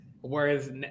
whereas